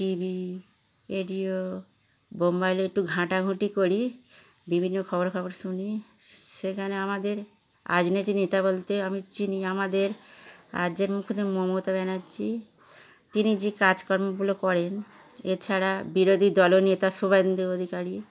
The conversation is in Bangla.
টিভি রেডিও মোবাইল একটু ঘাঁটাঘুঁটি করি বিভিন্ন খবরের কাগজ শুনি সেখানে আমাদের রাজনীতি নেতা বলতে আমি চিনি আমাদের আহ যে মুখ্যমন্ত্রী মমতা ব্যানার্জী তিনি যে কাজকর্মগুলো করেন এছাড়া বিরোধি দল নেতা শুভেন্দু অধিকারী